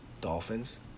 Dolphins